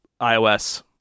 iOS